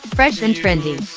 fresh and trendy.